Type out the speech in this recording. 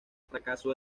fracaso